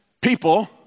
people